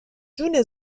جون